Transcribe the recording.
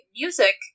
music